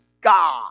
God